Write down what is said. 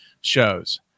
shows